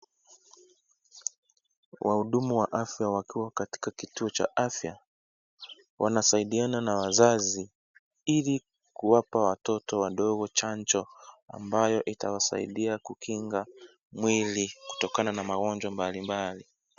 Wahudumu wa afya wakiwa katika kituo cha afya wanasaidiana na wazazi ili kuwapa watoto wadogo chanjo ambayo itawasaidia kukinga mwili kutokana na magonjwa mbalimbali.